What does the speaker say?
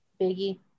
Biggie